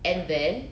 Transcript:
and then